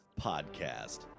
podcast